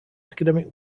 academic